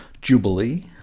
Jubilee